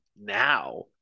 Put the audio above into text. now